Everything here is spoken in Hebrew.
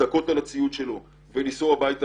להזדכות על הציוד שלו ולחזור הביתה